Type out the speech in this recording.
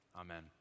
Amen